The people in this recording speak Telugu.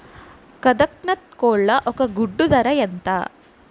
కదక్నత్ కోళ్ల ఒక గుడ్డు ధర ఎంత?